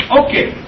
okay